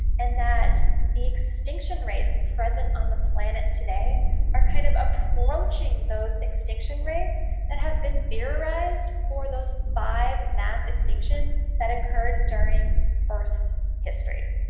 and that the extinction rates present on the planet today are kind of approaching those extinction rates that have been theorized for those five mass extinctions that occurred during earth's history.